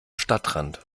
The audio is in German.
stadtrand